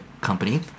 company